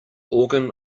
organ